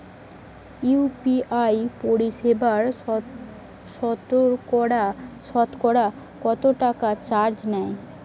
UPI পরিসেবায় সতকরা কতটাকা চার্জ নেয়?